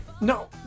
No